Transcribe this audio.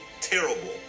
terrible